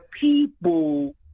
people